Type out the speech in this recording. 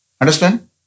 Understand